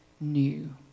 new